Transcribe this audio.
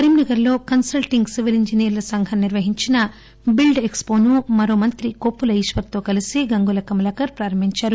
కరీంనగర్ లో consulting civil ఇంజనీర్ల సంఘం నిర్వహించిన బిల్ల్ ఎక్స్ పో ను మరో మంత్రి కొప్పుల ఈశ్వర్ తో కలిసి గంగుల కమలాకర్ ప్రారంభించారు